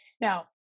now